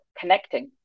connecting